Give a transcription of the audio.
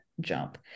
jump